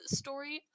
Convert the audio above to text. story